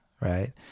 right